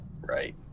Right